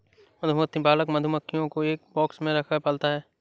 मधुमक्खी पालक मधुमक्खियों को एक बॉक्स में रखकर पालता है